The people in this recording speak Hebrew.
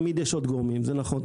זה נכון,